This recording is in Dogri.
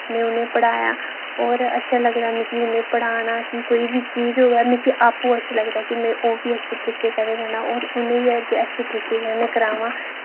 मैं उ'ने पढ़ाया और अच्छा लगदा मिकी उ'नें पढ़ाना कि कोई बी चीज होवै मिकी आपूं अच्छा लगदा कि मैं ओह्बी तरीके करे करना और उ'नें बी अग्गैं अच्छे तरीके कन्नै करावां